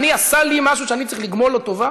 העני עשה לי משהו שאני צריך לגמול לו טובה?